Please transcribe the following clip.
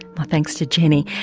my thanks to jenny.